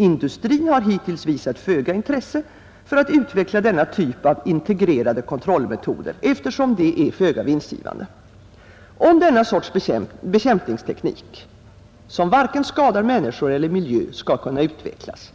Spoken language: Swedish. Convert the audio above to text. Industrin har hittills visat föga intresse för att utveckla denna typ av integrerade kontrollmetoder, eftersom det är föga vinstgivande. Om denna bekämpningsteknik, som varken skadar människor eller miljö, skall kunna utvecklas,